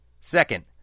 Second